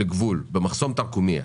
הוא משנע את הסחורה למחסום תרקומייה,